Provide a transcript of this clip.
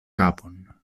kapon